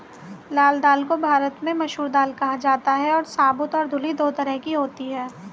लाल दाल को भारत में मसूर दाल कहा जाता है और साबूत और धुली दो तरह की होती है